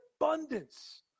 abundance